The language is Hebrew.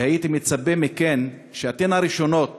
והייתי מצפה מכן שאתן תהיו הראשונות